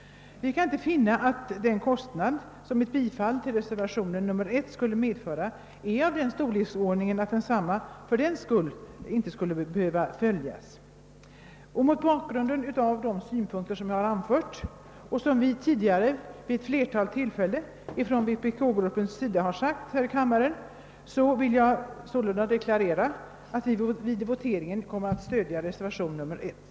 Vi kan inte finna att den kostnad som ett bifall till reservationen skulle medföra är av den storleksordningen, att densamma fördenskull icke bör kunna tas. Mot bakgrunden av de synpunkter, som jag här anfört och som vi från vpk-gruppens sida vid ett flertal tidigare tillfällen har framfört här i kammaren, vill jag sålunda deklarera, att vi vid voteringen kommer att stödja reservationen 1.